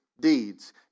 deeds